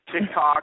TikTok